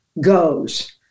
goes